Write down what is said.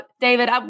David